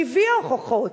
והיא הביאה הוכחות,